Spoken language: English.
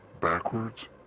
backwards